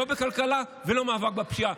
לא בכלכלה ולא במאבק בפשיעה.